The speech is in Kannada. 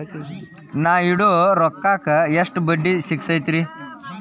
ನಾ ಇಡೋ ರೊಕ್ಕಕ್ ಎಷ್ಟ ಬಡ್ಡಿ ಸಿಕ್ತೈತ್ರಿ?